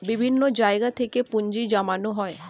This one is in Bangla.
বিভিন্ন জায়গা থেকে পুঁজি জমানো হয়